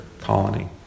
colony